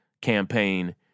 campaign